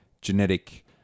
genetic